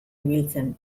ibiltzen